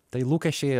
tai lūkesčiai